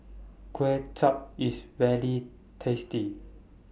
Kway Chap IS very tasty